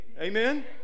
Amen